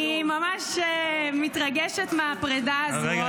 אני ממש מתרגשת מהפרידה הזאת.